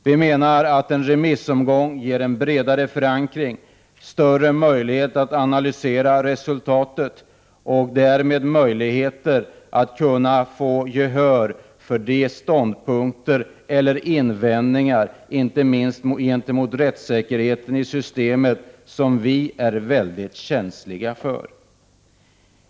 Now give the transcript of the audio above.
Vi menar att en remissomgång ger en bredare förankring, större möjligheter att analysera resultatet och därmed möjligheter att få gehör för ståndpunkter och olika invändningar inte minst i fråga om rättssäkerheten i systemet som vi är väldigt känsliga för.